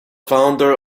founder